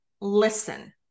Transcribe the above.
listen